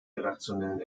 redaktionellen